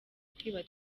kwiba